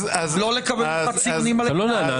לא לקבל ממך ציונים על --- אתה לא נענה.